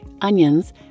onions